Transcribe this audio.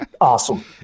awesome